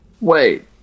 Wait